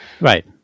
Right